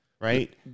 Right